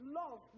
love